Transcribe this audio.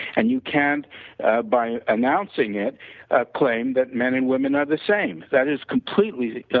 and, you can't by announcing it ah claim that men and women are the same. that is completely